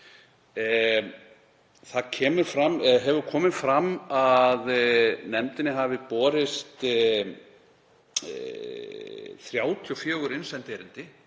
Fram hefur komið að nefndinni hafi borist 34 innsend erindi